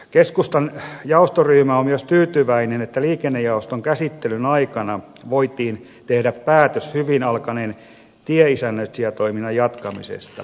keskustan jaostoryhmä on myös tyytyväinen että liikennejaoston käsittelyn aikana voitiin tehdä päätös hyvin alkaneen tieisännöitsijätoiminnan jatkamisesta